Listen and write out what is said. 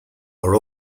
are